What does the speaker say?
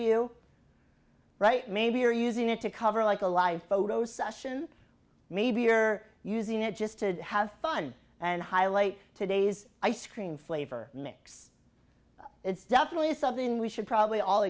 you right maybe you're using it to cover like a life photo session maybe you're using it just to have fun and highlight today's ice cream flavor mix it's definitely something we should probably all